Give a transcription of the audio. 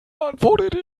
antwortete